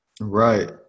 Right